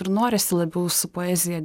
ir norisi labiau su poezija